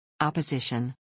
Opposition